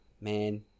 Man